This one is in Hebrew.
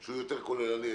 שהוא יותר כוללני,